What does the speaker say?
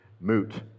moot